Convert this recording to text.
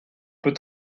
peut